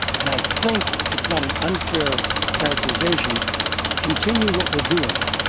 and i think it's not an unfair characterization continue what we're doing,